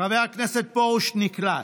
חבר הכנסת פרוש נקלט,